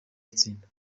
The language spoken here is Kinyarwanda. batsinda